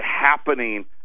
happening